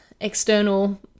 external